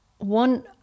One